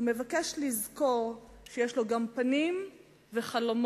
ומבקש לזכור שיש לו גם פנים וחלומות.